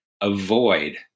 avoid